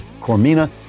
Cormina